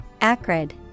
Acrid